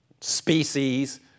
species